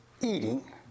eating